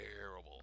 terrible